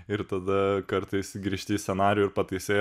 ir tada kartais grįžti į scenarijų ir pataisai